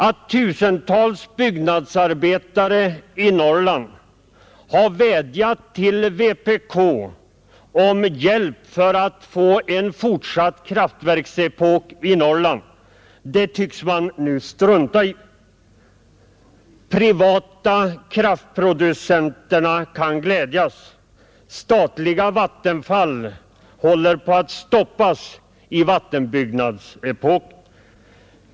Att tusentals byggnadsarbetare i Norrland har vädjat om hjälp för att få en fortsatt kraftverksepok i Norrland, det tycks man nu strunta i. De privata kraftproducenterna kan glädjas. Statliga Vattenfall håller på att stoppas i vattenbyggnadsepoken.